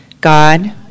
God